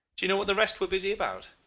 do you know what the rest were busy about?